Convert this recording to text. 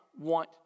want